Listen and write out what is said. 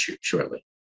shortly